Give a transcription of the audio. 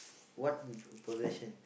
what possession